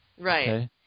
Right